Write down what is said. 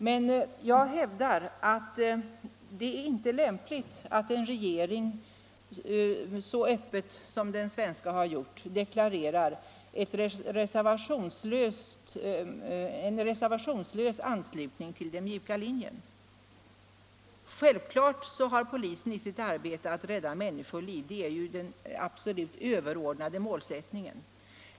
Men jag hävdar att det inte är lämpligt att en regering så öppet som den svenska deklarerar en reservationslös anslutning till den mjuka linjen. Självklart skall polisen i sitt arbete rädda människoliv. Det är den absolut överordnade målsättningen.